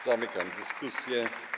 Zamykam dyskusję.